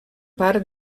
part